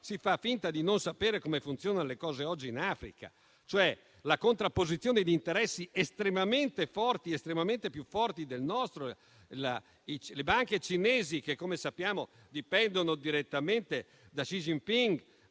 si fa finta di non sapere come funzionano le cose oggi in Africa, e cioè che vi è la contrapposizione di interessi estremamente più forti del nostro. Le banche cinesi, che - come sappiamo - dipendono direttamente da Xi Jinping,